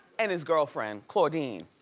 and his girlfriend, claudine,